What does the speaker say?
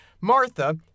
martha